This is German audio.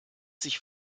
sich